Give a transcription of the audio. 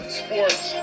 sports